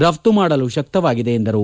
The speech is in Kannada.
ರಫ್ತು ಮಾಡಲು ಶಕ್ತವಾಗಿದೆ ಎಂದರು